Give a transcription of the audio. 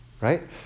right